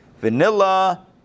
vanilla